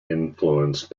influenced